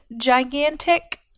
gigantic